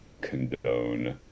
condone